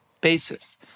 basis